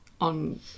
on